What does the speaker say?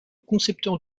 concepteur